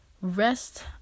Rest